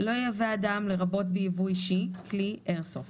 לא ייבא אדם, לרבות בייבוא אישי, כלי איירסופט.